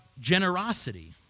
Generosity